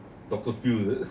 doctor phil is it